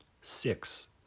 Six